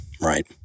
right